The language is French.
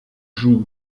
jouent